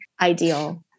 ideal